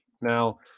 now